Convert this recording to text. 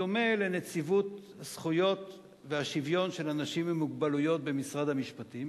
בדומה לנציבות הזכויות והשוויון של אנשים עם מוגבלויות במשרד המשפטים,